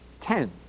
Ten